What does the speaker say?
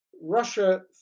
Russia